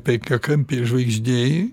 penkiakampė žvaigždė